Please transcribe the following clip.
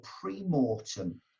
pre-mortem